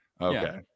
okay